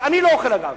אני לא אוכל, אגב.